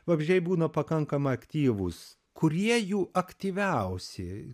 vabzdžiai būna pakankamai aktyvūs kurie jų aktyviausi